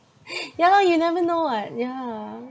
ya lah you never know [what] yeah